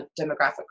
demographic